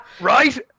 right